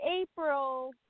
April